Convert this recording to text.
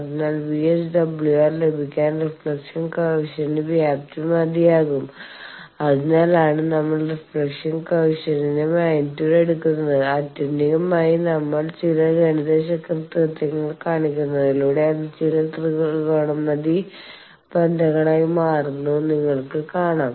അതിനാൽ വിഎസ്ഡബ്ല്യുആർ ലഭിക്കാൻ റിഫ്ലക്ഷൻ കോയെഫിഷ്യന്റിന്റെ വ്യാപ്തി മതിയാകും അതിനാലാണ് നമ്മൾ റിഫ്ലക്ഷൻ കോയെഫിഷ്യന്റിന്റെ മാഗ്നിറ്റ്യൂഡ് എടുക്കുന്നത് ആത്യന്തികമായി നമ്മൾ ചില ഗണിത കൃത്രിമത്വങ്ങൾ കാണിക്കുന്നതിലൂടെ അത് ചില ത്രികോണമിതി ബന്ധങ്ങളായി മാറുന്നത് നിങ്ങൾ കാണും